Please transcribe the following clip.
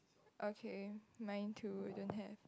okay mine too don't have